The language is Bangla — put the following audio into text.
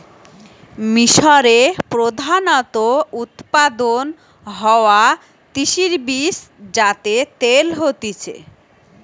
মিশরে প্রধানত উৎপাদন হওয়া তিসির বীজ যাতে তেল হতিছে